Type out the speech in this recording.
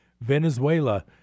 Venezuela